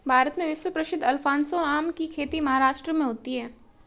भारत में विश्व प्रसिद्ध अल्फांसो आम की खेती महाराष्ट्र में होती है